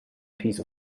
piece